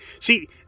See